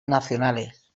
nacionales